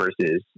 versus